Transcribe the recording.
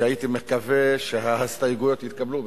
הייתי מקווה שההסתייגויות יתקבלו.